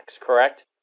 correct